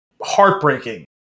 heartbreaking